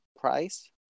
price